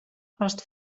ast